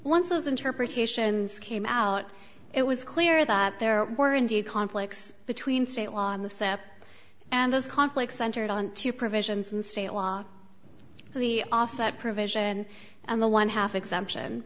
once those interpretations came out it was clear that there were indeed conflicts between state law on the set up and those conflicts centered on two provisions in state law the offset provision and the one half exemption